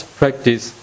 practice